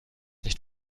nicht